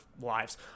lives